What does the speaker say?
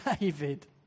David